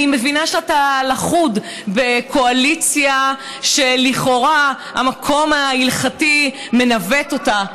אני מבינה שאתה לכוד בקואליציה שלכאורה המקום ההלכתי מנווט אותה.